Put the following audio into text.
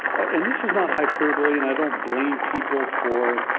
and this is not hyperbole. and i don't blame people for,